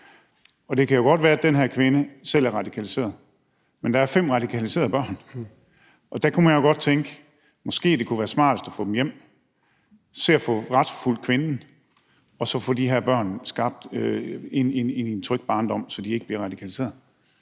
Det kan jo godt være, at den her kvinde selv er radikaliseret, men der er også fem radikaliserede børn, og der kunne man jo godt tænke, at det måske ville være smartest at få dem hjem, få retsforfulgt kvinden og så få skabt en tryg barndom for de her børn, så de ikke bliver radikaliseret.